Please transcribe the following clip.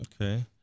Okay